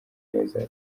neza